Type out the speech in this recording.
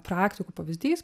praktikų pavyzdys